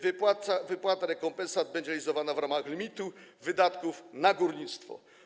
Wypłata rekompensat będzie realizowana w ramach limitu wydatków na górnictwo.